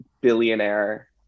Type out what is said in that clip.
billionaire